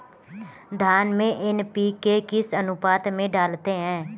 धान में एन.पी.के किस अनुपात में डालते हैं?